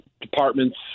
departments